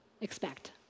expect